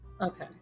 Okay